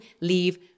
leave